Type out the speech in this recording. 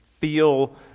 feel